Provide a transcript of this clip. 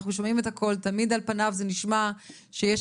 אנחנו שומעים את הכל ותמיד על פניו זה נשמע כאילו שיש